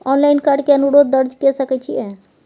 Online card के अनुरोध दर्ज के सकै छियै?